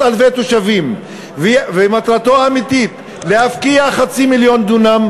אלפי תושבים ומטרתו האמיתית להפקיע חצי מיליון דונם,